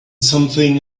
something